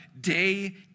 day